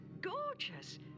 gorgeous